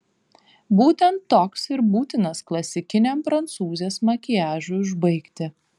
būtent toks ir būtinas klasikiniam prancūzės makiažui užbaigti